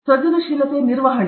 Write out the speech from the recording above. ಸೃಜನಶೀಲತೆಯ ನಿರ್ವಹಣೆ